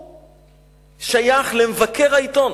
ששייך למבקר העיתון.